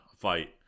fight